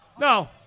No